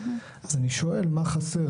אז אני שואל, מה חסר?